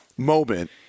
moment